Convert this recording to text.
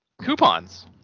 coupons